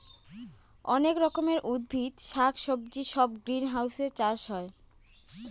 অনেক রকমের উদ্ভিদ শাক সবজি সব গ্রিনহাউসে চাষ হয়